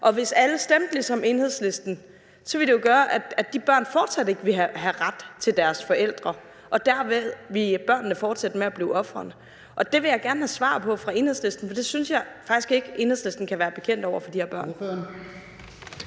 og hvis alle stemte ligesom Enhedslisten, ville det betyde, at de børn fortsat ikke ville have ret til deres forædre og dermed ville børnene fortsætte med at blive ofrene. Det vil jeg gerne have svar på fra Enhedslisten, for det synes jeg faktisk ikke Enhedslisten kan være bekendt over for de her børn.